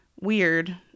weird